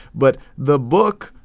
but the book,